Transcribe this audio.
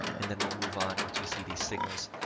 and then we'll move on. once we see these signals,